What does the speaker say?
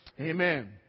Amen